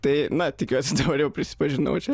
tai na tikiuosi dabar jau prisipažinau čia